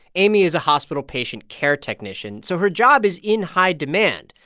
amy is a hospital patient care technician, so her job is in high demand.